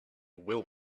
will